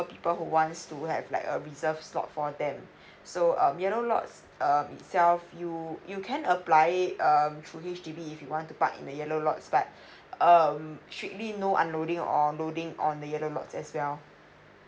people who wants to have like a reserve slots for them so um yellow lots um itself you you can apply it um through H_D_B if you want to park in a yellow lots but um strictly no unloading or loading on the lots as well